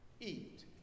eat